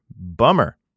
Bummer